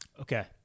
Okay